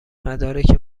مدارک